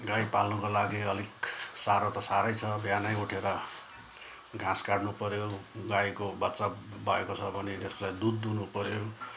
गाई पाल्नुको लागि अलिक साह्रो त साह्रै छ बिहानै उठेर घाँस काट्नु पऱ्यो गाईको बच्चा भएको छ भने यसलाई दुध दुहुनु पऱ्यो